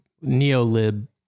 neo-lib